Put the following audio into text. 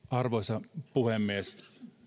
arvoisa puhemies